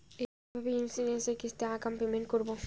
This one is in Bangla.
কিভাবে ইন্সুরেন্স এর কিস্তি আগাম পেমেন্ট করবো?